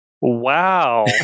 Wow